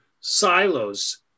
silos